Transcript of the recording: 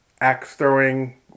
axe-throwing